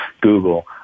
Google